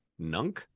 nunk